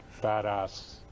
badass